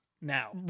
now